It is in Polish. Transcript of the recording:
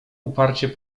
uparcie